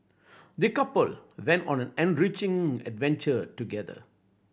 the couple went on an enriching adventure together